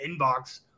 inbox